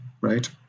right